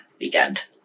weekend